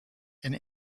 and